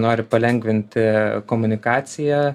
nori palengvinti komunikaciją